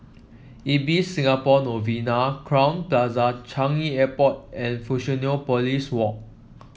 Ibis Singapore Novena Crowne Plaza Changi Airport and Fusionopolis Walk